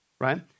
right